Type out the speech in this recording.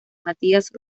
matías